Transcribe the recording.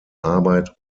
arbeit